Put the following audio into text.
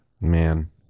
Man